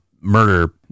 murder